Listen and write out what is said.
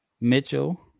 Mitchell